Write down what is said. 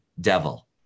devil